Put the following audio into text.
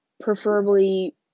preferably